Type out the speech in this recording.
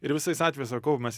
ir visais atvejais sakau mes